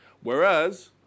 Whereas